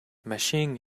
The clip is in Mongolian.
машин